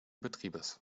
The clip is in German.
betriebes